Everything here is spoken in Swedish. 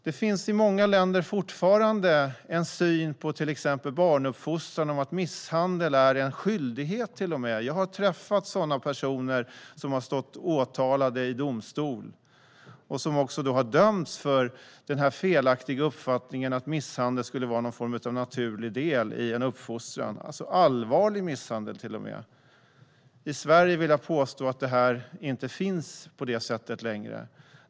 Det finns i många länder fortfarande en syn på till exempel barnuppfostran där misshandel till och med är en skyldighet. Jag har träffat personer som har stått åtalade i domstol och dömts för den felaktiga uppfattningen att misshandel, till och med allvarlig misshandel, skulle vara en naturlig del i uppfostran. I Sverige, vill jag påstå, finns detta inte längre.